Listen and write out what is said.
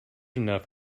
enough